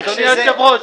אדוני היושב-ראש,